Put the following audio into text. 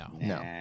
No